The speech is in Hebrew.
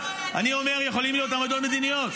יסמין פרידמן (יש עתיד):